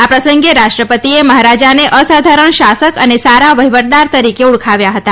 આ પ્રસંગે રાષ્ટ્રપતિએ મહારાજાને અસાધારણ શાસક અને સારા વહિવટદાર તરીકે ઓળખાવ્યા હતા